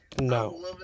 No